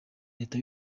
leta